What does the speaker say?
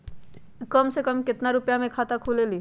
कम से कम केतना रुपया में खाता खुल सकेली?